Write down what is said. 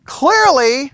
clearly